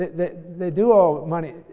they they do owe money,